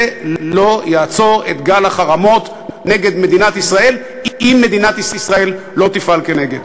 זה לא יעצור את גל החרמות נגד מדינת ישראל אם מדינת ישראל לא תפעל נגדו.